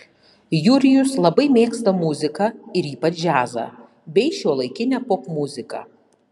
jurijus labai mėgsta muziką ir ypač džiazą bei šiuolaikinę popmuziką